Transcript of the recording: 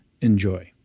enjoy